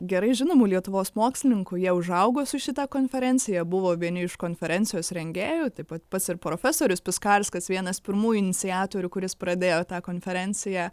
gerai žinomų lietuvos mokslininkų jie užaugo su šita konferencija jie buvo vieni iš konferencijos rengėjų taip pat pats ir profesorius piskarskas vienas pirmųjų iniciatorių kuris pradėjo tą konferenciją